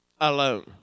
Alone